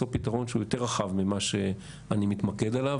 פתרון שהוא יותר רחב ממה שאני מתמקד עליו,